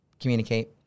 Communicate